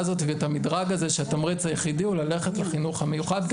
הזאת ואת המדרג הזה שהפתרון היחיד הוא ללכת לחינוך המיוחד,